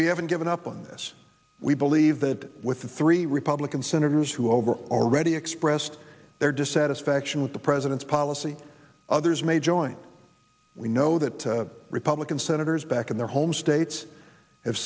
we haven't given up on this we believe that with the three republican senators who over already expressed their dissatisfaction with the president's policy others may join we know that republican senators back in their home states have